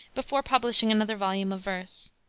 before publishing another volume of verse.